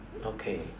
okay